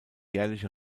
jährliche